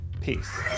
peace